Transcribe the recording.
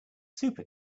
super